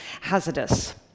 hazardous